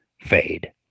fade